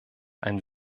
ein